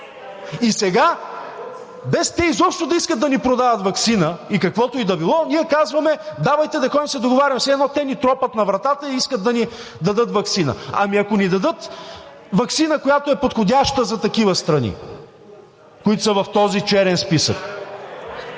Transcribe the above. и сега, без те изобщо да искат да ни продават ваксина и каквото и да било, ние казваме: „Давайте да ходим да се договаряме“, все едно те ни тропат на вратата и искат да ни дадат ваксина. Ами, ако ни дадат ваксина, която е подходяща за такива страни, които са в този черен списък?